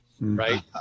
right